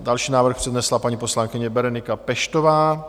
Další návrh přednesla paní poslankyně Berenika Peštová.